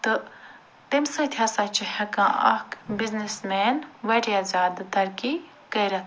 تہٕ تمہِ سۭتۍ ہَسا چھُ ہیٚکان اَکھ بِزنیٚسمین وارِیاہ زیادٕ ترقی کٔرِتھ